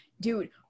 dude